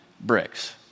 bricks